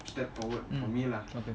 mmhmm okay